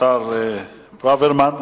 השר ברוורמן,